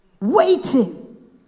waiting